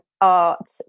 art